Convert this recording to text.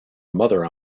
mother